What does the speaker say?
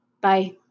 Bye